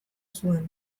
zuen